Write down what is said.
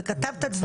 וכתבת דברים נכוחים.